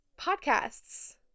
podcasts